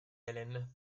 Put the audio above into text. helen